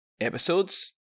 episodes